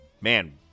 Man